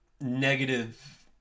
negative